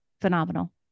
phenomenal